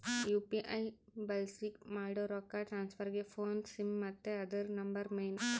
UPI ಬಳ್ಸಿ ಮಾಡೋ ರೊಕ್ಕ ಟ್ರಾನ್ಸ್ಫರ್ಗೆ ಫೋನ್ನ ಸಿಮ್ ಮತ್ತೆ ಅದುರ ನಂಬರ್ ಮೇನ್